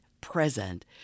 Present